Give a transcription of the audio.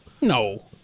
No